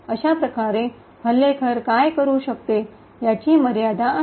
अशा प्रकारे हल्लेखोर काय करु शकते याची मर्यादा आहे